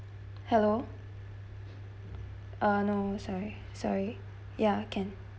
hello uh sorry sorry ya can